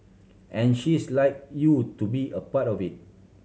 and she's like you to be a part of it